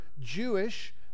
jewish